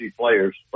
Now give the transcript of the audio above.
players